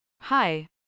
Hi